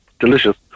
delicious